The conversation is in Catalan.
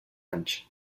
anys